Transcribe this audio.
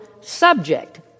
subject